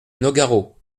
nogaro